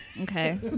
Okay